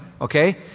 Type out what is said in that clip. okay